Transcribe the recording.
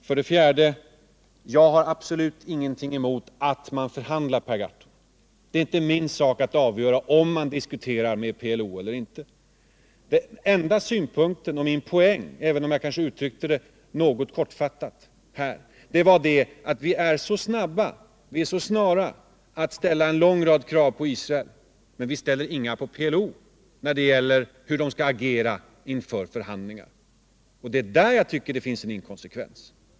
För det fjärde har jag absolut ingenting emot att man förhandlar, Per Gahrton. Det är inte min sak att avgöra om man diskuterar med PLO eller inte. Den enda synpukten och min poäng —- även om jag kanske uttryckte det något kortfattat — var att vi är så snara att ställa en lång rad krav på Israel, men vi ställer inga krav på hur PLO skall agera inför förhandlingar. Det är där jag tycker att det finns en inkonsekvens.